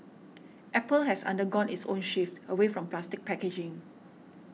Apple has undergone its own shift away from plastic packaging